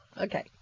okay